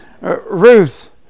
Ruth